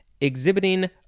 exhibiting